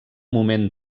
moment